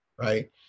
right